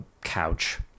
couch